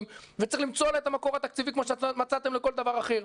וצריך למצוא לה את המקור התקציבי כמו שמצאתם לכל דבר אחר'.